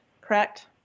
Correct